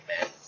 man